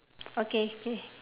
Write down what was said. okay K